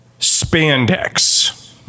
spandex